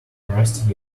rusty